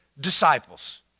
disciples